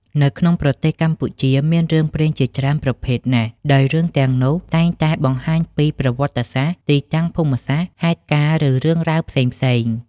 នៅក្នុងប្រទេសកម្ពុជា មានរឿងព្រេងជាច្រើនប្រភេទណាស់ ដោយរឿងទាំងនោះតែងបានបង្ហាញពី ប្រវត្តិសាស្រ្ដ ទីតាំងភូមិសាស្រ្ដ ហេតុការណ៍ ឬរឿងរ៉ាវផ្សេងៗ។